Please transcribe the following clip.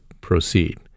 proceed